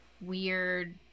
weird